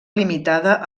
limitada